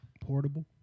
Portable